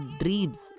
dreams